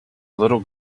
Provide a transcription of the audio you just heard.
little